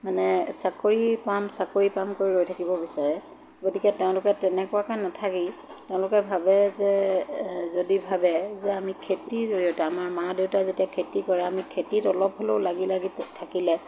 মানে চাকৰি পাম চাকৰি পামকৈ ৰৈ থাকিব বিচাৰে গতিকে তেওঁলোকে তেনেকুৱাকে নাথাকি তেওঁলোকে ভাবে যে যদি ভাবে যে আমি খেতিৰ জৰিয়তে আমাৰ মা দেউতাই যেতিয়া খেতি কৰে আমি খেতিত অলপ হ'লেও লাগি লাগি থাকিলে